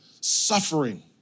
suffering